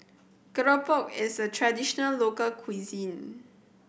keropok is a traditional local cuisine